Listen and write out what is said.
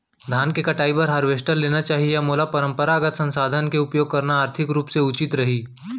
धान के कटाई बर हारवेस्टर लेना चाही या मोला परम्परागत संसाधन के उपयोग करना आर्थिक रूप से उचित रही?